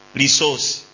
resource